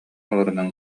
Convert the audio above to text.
олорунан